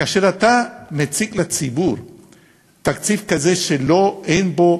כאשר אתה מציג לציבור תקציב כזה, שלא, אין בו